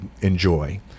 enjoy